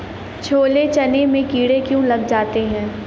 छोले चने में कीड़े क्यो लग जाते हैं?